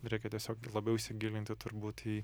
reikia tiesiog labiau įsigilinti turbūt į